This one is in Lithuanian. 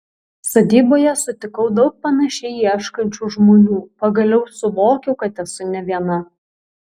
sodyboje sutikau daug panašiai ieškančių žmonių pagaliau suvokiau kad esu ne viena